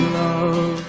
love